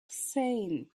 sayn